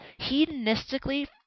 Hedonistically